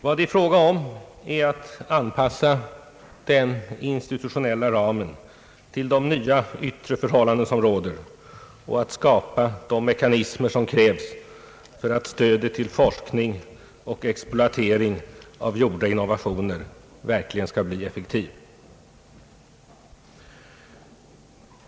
Det är här fråga om att anpassa den institutionella ramen till de nya yttre förhållanden som råder och att skapa de mekanismer som krävs för att stödet till forskning och exploatering av gjorda innovationer verkligen skall bli effektivt.